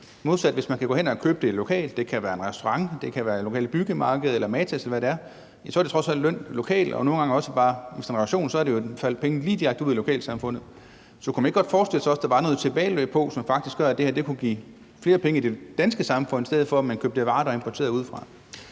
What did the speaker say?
modsat hvis man kan gå hen og købe det lokalt – det kan være en restaurant, det lokale byggemarked, Matas, eller hvad det er – hvor der trods alt er tale om løn lokalt, og nogle gange er det også, hvis der er tale om en restauration, penge lige direkte ud i lokalsamfundet. Så kunne man ikke godt forestille sig, at der også var noget tilbageløb, som faktisk gør, at det her kunne give flere penge i det danske samfund, i stedet for at der blev købt varer, der er importeret udefra?